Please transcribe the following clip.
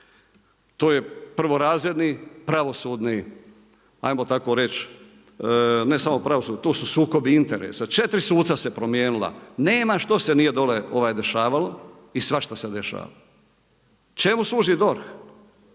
to je prvorazredni pravosudni, ajmo tako reći, tu su sukobi interesa, 4 suca se promijenila, nema što se nije dole dešavalo i svašta se dešava. Čemu služi DORH?